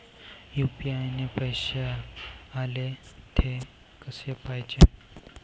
UPI न पैसे आले, थे कसे पाहाचे?